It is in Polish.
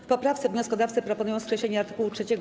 W poprawce wnioskodawcy proponują skreślenie art. 3.